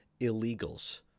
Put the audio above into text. illegals